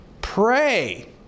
Pray